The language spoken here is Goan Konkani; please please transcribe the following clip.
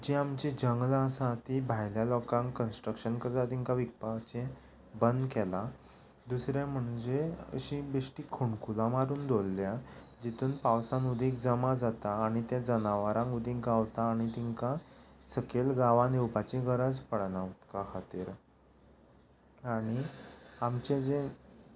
जे आमचीं जंगलां आसा तीं भायल्या लोकांक कंन्स्ट्रकशन करता तांकां विकपाचें बंद केलां दुसरें म्हणजे अशीं बेश्टीं फोंडकुलां मारून दवरल्या जितून पावसान उदक एक जमा जाता आनी तें जनावरांक उदीक गावता आनी तांकां सकयल गांवान येवपाची गरज पडना उदका खातीर आनी आमचे जे